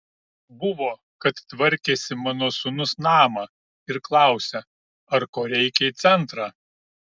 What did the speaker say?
buvo kad tvarkėsi mano sūnus namą ir klausia ar ko reikia į centrą